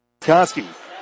Koski